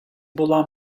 була